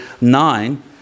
nine